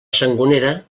sangonera